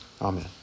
Amen